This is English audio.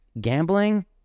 Gambling